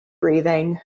breathing